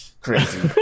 crazy